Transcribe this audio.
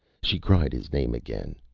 she cried his name again.